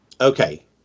Okay